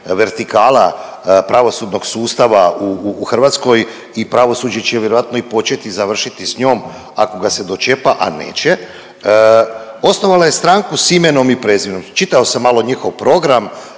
vertikala pravosudnog sustava u Hrvatskoj i pravosuđe će vjerojatno i početi i završiti s njom, ako ga se dočepa, a neće, osnovala je Stranku s imenom i prezimenom, čitao sam malo njihov program,